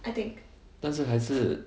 但是还是